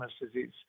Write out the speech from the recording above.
disease